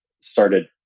started